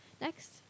Next